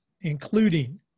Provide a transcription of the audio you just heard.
including